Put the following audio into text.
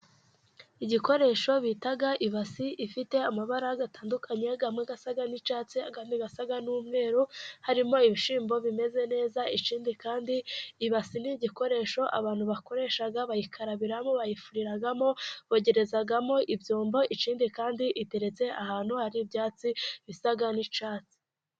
Igikoresho bita ibasi ifite amabara atandukanye amwe asa n'icyatsi andi asagn'umweru. harimo ibishyimbo bimeze neza ikindi kandi ibasi ni igikoresho abantu bakoresha bayikarabiramo, bayifuriramo ,bogerezamo ibyombo ikindi kandi iteretse ahantu hari ibyatsi bisa n'icyatsi.